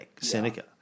Seneca